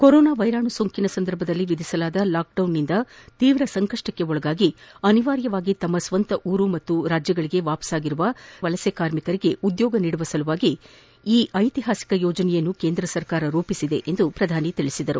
corona ವೈರಾಣು ಸೋಂಕಿನ ಸಂದರ್ಭದಲ್ಲಿ ವಿಧಿಸಲಾದ ಲಾಕ್ಡೌನ್ನಿಂದ ತೀವ್ರ ಸಂಕಷ್ಷಕ್ಕೆ ಒಳಗಾಗಿ ಅನಿವಾರ್ಯವಾಗಿ ತಮ್ನ ಸ್ವಂತ ಗ್ರಾಮ ಮತ್ತು ರಾಜ್ಯಗಳಿಗೆ ಹಿಂದಿರುಗಿರುವ ಸಾವಿರಾರು ವಲಸೆ ಕಾರ್ಮಿಕರಿಗೆ ಉದ್ಯೋಗ ನೀಡುವ ಸಲುವಾಗಿ ಈ ಐತಿಹಾಸಿಕ ಯೋಜನೆಯನ್ನು ಕೇಂದ್ರ ಸರ್ಕಾರ ರೂಪಿಸಿದೆ ಎಂದು ಅವರು ಹೇಳಿದರು